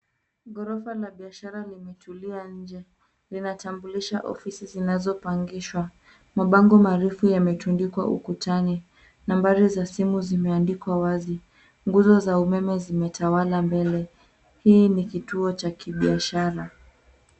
Ghorofa la biashara limetulia nje, linatambulisha ofisi zinazopangishwa. Mabango marefu yametundikwa ukutani. Nambari za simu zimeandikwa wazi. Nguzo za umeme zimetawala mbele. Hii ni kituo cha kibiashara.